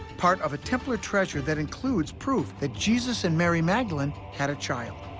part of a templar treasure that includes proof that jesus and mary magdalene had a child.